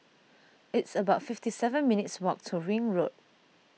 it's about fifty seven minutes' walk to Ring Road